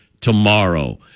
tomorrow